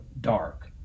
dark